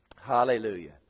Hallelujah